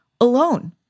alone